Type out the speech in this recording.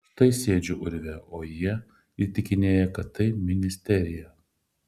štai sėdžiu urve o jie įtikinėja kad tai ministerija